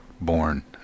born